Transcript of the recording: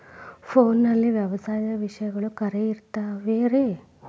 ಫೋನಲ್ಲಿ ವ್ಯವಸಾಯದ ವಿಷಯಗಳು ಖರೇ ಇರತಾವ್ ರೇ?